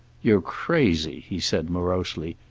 you're crazy, he said morosely.